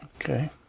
Okay